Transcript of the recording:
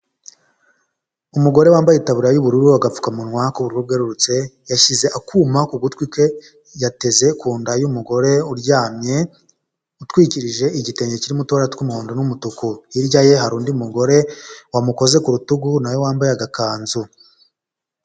Umugore wambaye itabubura y'ubururu, agapfukamunwa k'ubururu bwerurutse, yashyize akuma ku gutwi kwe, yateze ku nda y'umugore uryamye, utwikirije igitenge kirimo uturongo tw'umutuku hirya ye hari undi mugore wamukoze ku rutugu nawe wambaye agakanzu.